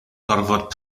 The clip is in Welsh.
gorfod